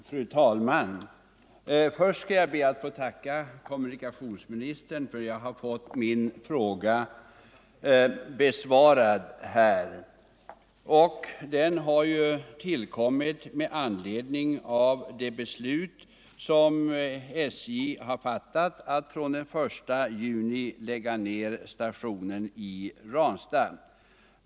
Fru talman! Först skall jag be att få tacka kommunikationsministern för att jag har fått min fråga besvarad. Frågan har tillkommit med anledning av det beslut som SJ fattat, att från den 1 juni lägga ned stationen i Ransta.